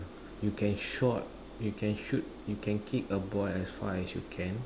you can shot you can shoot you can kick a ball as far as you can